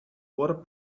water